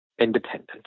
independence